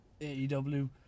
AEW